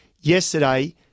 Yesterday